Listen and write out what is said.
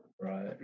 Right